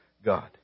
God